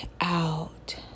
out